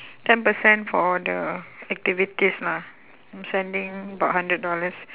ten percent for the activities lah I'm sending about hundred dollars